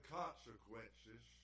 consequences